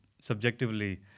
subjectively